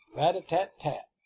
rat-a-tat-tat-tat!